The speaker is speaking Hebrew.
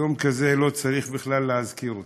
יום כזה, לא צריך בכלל להזכיר אותו.